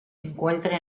encuentra